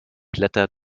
blätter